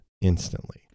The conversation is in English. instantly